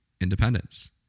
Independence